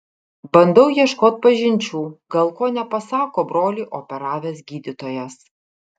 bandau ieškot pažinčių gal ko nepasako brolį operavęs gydytojas